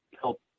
help